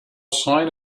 sign